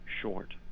short